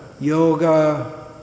Yoga